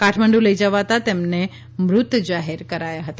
કાઠમંડુ લઈ જવાતાં તેમને મૃત જાહેર કરાયા હતા